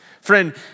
Friend